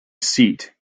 seat